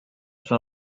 sua